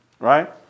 Right